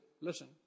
Listen